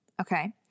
Okay